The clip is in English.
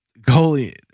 Goalie